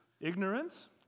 ignorance